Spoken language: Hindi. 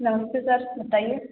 नमस्ते सर बताइए